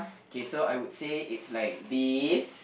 okay so I would say it's like this